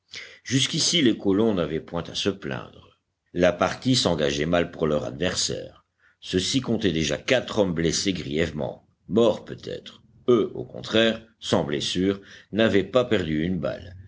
jusqu'ici les colons n'avaient point à se plaindre la partie s'engageait mal pour leurs adversaires ceux-ci comptaient déjà quatre hommes blessés grièvement morts peut-être eux au contraire sans blessures n'avaient pas perdu une balle